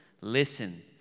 Listen